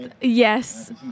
Yes